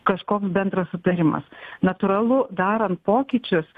kažkoks bendras sutarimas natūralu darant pokyčius